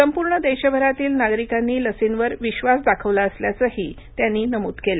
संपूर्ण देशभरातील नागरिकांनी लर्सीवर विश्वास दाखवला असल्याचंही त्यांनी नमूद केलं